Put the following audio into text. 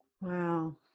Wow